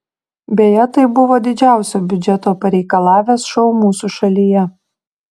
beje tai buvo didžiausio biudžeto pareikalavęs šou mūsų šalyje